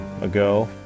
ago